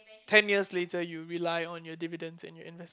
ten years later you rely on your dividends and your investment